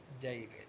David